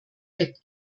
bett